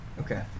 Okay